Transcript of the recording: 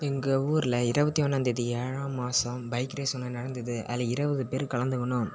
எங்கள் ஊரில் இருபத்தி ஒன்றாம் தேதி ஏழாம் மாசம் பைக் ரேஸ் ஒன்று நடந்தது அதில் இருபது பேர் கலந்துக்கனோம்